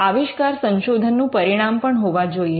આવિષ્કાર સંશોધનનું પરિણામ પણ હોવા જોઈએ